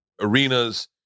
arenas